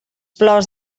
plors